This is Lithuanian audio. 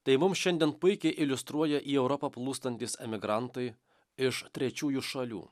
tai mums šiandien puikiai iliustruoja į europą plūstantys emigrantai iš trečiųjų šalių